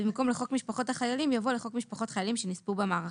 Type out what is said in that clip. ובמקום "לחוק משפחות החיילים" יבוא "לחוק משפחות חיילים שנספו במערכה".